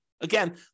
Again